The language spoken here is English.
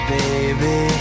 baby